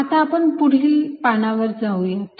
आता आपण पुढील पानावर जाऊयात